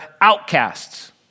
outcasts